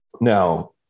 Now